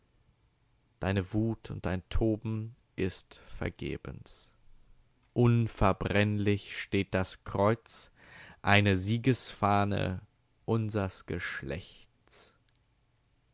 deine wut und dein toben ist vergebens unverbrennlich steht das kreuz eine siegesfahne unsers geschlechts